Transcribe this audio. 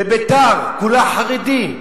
בביתר כולם חרדים.